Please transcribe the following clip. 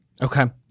Okay